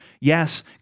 yes